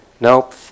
Nope